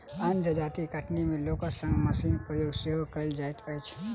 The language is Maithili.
अन्य जजाति कटनी मे लोकक संग मशीनक प्रयोग सेहो कयल जाइत अछि